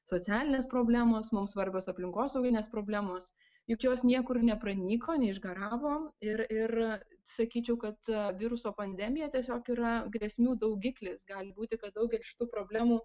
socialinės problemos mums svarbios aplinkosauginės problemos juk jos niekur nepranyko neišgaravo ir ir sakyčiau kad viruso pandemija tiesiog yra grėsmių daugiklis gali būti kad daugelis šitų problemų